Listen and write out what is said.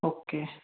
okay